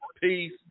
Peace